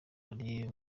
ari